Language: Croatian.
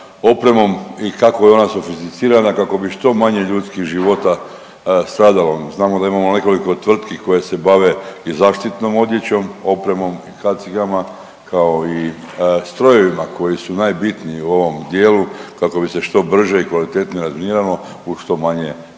opremom i kako je ona specificirana kako bi što manje ljudskih života stradalo. Znamo da imamo nekoliko tvrtki koje se bave i zaštitnom odjećom, opremom i kacigama kao i strojevima koji su najbitniji u ovom dijelu kako bi se što brže i kvalitetnije razminiralo uz što manje stradanja